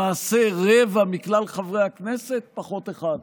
למעשה רבע מכלל חברי הכנסת פחות אחד.